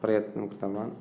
प्रयत्नं कृतवान्